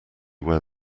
where